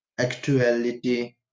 Actuality